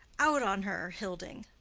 out on her, hilding!